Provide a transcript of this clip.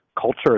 culture